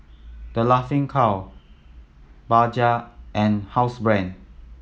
The Laughing Cow Bajaj and Housebrand